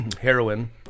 heroin